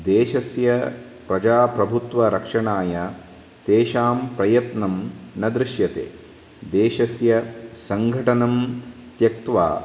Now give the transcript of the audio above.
देशस्य प्रजाप्रभुत्वरक्षणाय तेषां प्रयत्नं न दृश्यते देशस्य सङ्घटनं त्यक्त्वा